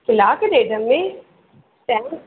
कलाकु ॾेढ में